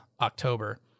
October